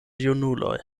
junuloj